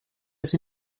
sie